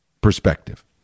perspective